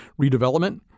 redevelopment